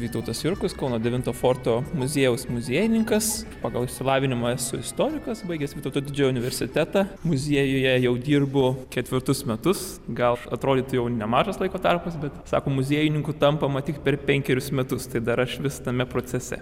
vytautas jurkus kauno devinto forto muziejaus muziejininkas pagal išsilavinimą esu istorikas baigęs vytauto didžiojo universitetą muziejuje jau dirbu ketvirtus metus gal atrodytų jau nemažas laiko tarpas bet sako muziejininku tampama tik per penkerius metus tai dar aš vis tame procese